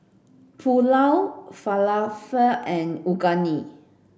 Pulao Falafel and Unagi